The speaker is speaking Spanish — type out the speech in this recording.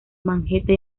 magenta